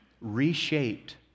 reshaped